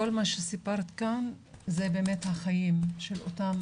כל מה שסיפרת כאן אלו באמת החיים של אותם